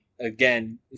again